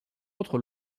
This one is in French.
autres